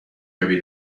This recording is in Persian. یابی